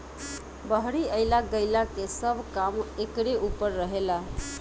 बहरी अइला गईला के सब काम एकरे ऊपर रहेला